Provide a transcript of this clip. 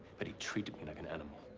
but he treated me like an animal.